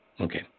Okay